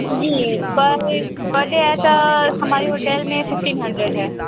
جی per per day ہے تو ہماری ہوٹل میں ففٹین ہنڈریڈ ہے